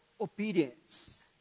obedience